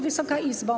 Wysoka Izbo!